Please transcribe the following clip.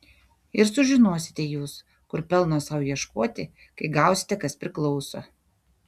ir sužinosite jūs kur pelno sau ieškoti kai gausite kas priklauso